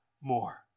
more